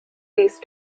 these